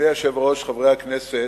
אדוני היושב-ראש, חברי הכנסת,